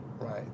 Right